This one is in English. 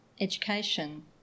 education